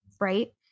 Right